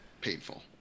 painful